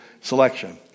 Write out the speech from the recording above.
selection